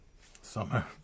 Summer